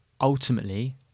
Ultimately